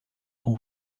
com